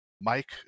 Mike